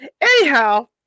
anyhow